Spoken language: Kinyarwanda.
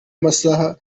masaha